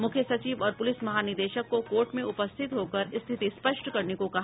मुख्य सचिव और पुलिस महानिदेशक को कोर्ट में उपस्थित होकर स्थिति स्पष्ट करने को कहा